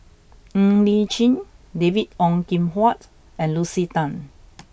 Ng Li Chin David Ong Kim Huat and Lucy Tan